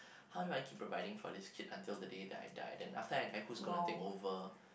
how do I keep providing for this kid until the day that I die then after I who's gonna to take over